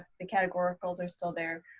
the categoricals are still there.